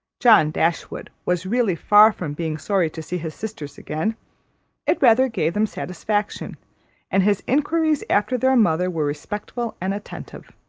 john dashwood was really far from being sorry to see his sisters again it rather gave them satisfaction and his inquiries after their mother were respectful and attentive.